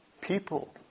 people